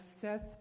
Seth